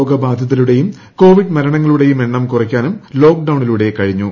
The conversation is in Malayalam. രോഗബാധിതരുടെയും കോവിഡ് മരണങ്ങളുടെയും എണ്ണം കുറയ്ക്കാനും ലോക്ഡൌണിലൂടെ കഴിഞ്ഞു